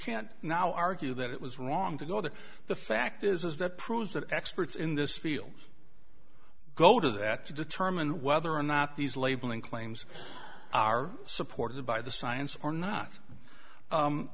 can't now argue that it was wrong to go the the fact is that proves that experts in this field go to that to determine whether or not these labeling claims are supported by the science or not